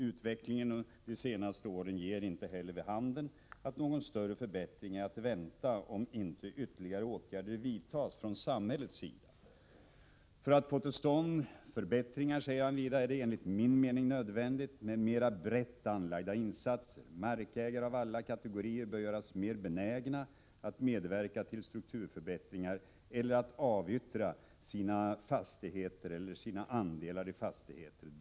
Utvecklingen de senaste åren ger inte heller vid handen att någon större förbättring är att vänta om inte ytterligare åtgärder vidtas från samhällets sida.” Han säger vidare: ”För att få till stånd förbättringar är det enligt min mening nödvändigt med mer brett anlagda insatser. Markägare av alla kategorier bör göras mera benägna att medverka till strukturförbättringar eller att avyttra sina fastigheter eller sina andelar i fastigheter.